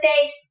days